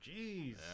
jeez